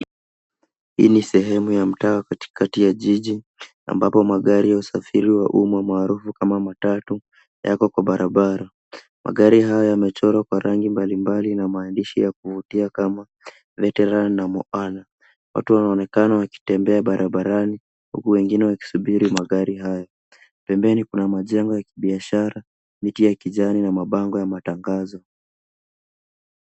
Hii ni sehemu ya mtaa katikati ya jiji ambapo magari ya usafiri wa umma maarufu kama matatu yako kwa barabara. Magari haya yamechorwa kwa rangi mbali mbali na maandishi ya kuvutia kama, veteran na moana. Watu wanaonekana wakitembea barabarani huku wengine wakisubiri magari hayo. Pembeni kuna majengo ya kibiashara, miti ya kijani na mabango ya matangazo.